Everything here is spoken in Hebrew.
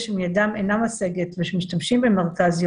שידם אינה משגת ושהם משתמשים במרכז יום,